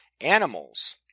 animals